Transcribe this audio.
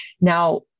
now